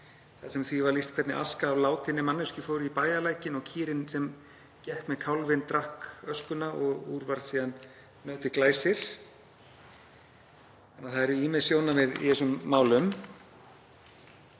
þar sem því er lýst hvernig aska af látinni manneskju fór í bæjarlækinn og kýrin sem gekk með kálfinn drakk öskuna og úr varð síðan nautið Glæsir. Það eru því ýmis sjónarmið í þessum málum.